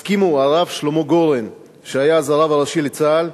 הסכימו הרב שלמה גורן, שהיה אז הרב הראשי לצה"ל,